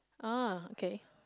ah K